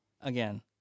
again